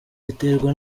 riterwa